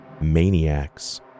maniacs